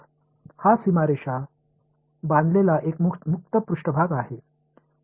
हा सीमारेषा बांधलेला एक मुक्त पृष्ठभाग आहे